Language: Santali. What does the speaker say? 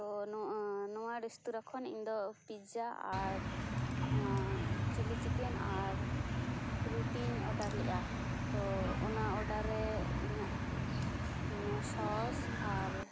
ᱛᱳ ᱱᱚᱣᱟ ᱱᱚᱣᱟ ᱨᱮᱥᱛᱳᱨᱟ ᱠᱷᱚᱱ ᱤᱧ ᱫᱚ ᱯᱤᱡᱽᱡᱟ ᱟᱨ ᱪᱤᱞᱤ ᱪᱤᱠᱮᱱ ᱟᱨ ᱨᱩᱴᱤᱧ ᱚᱰᱟᱨ ᱞᱮᱫᱼᱟ ᱛᱳ ᱚᱱᱟ ᱚᱰᱟᱨ ᱨᱮ ᱤᱧᱟᱹᱜ ᱚᱱᱟ ᱥᱚᱥ ᱟᱨ